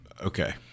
Okay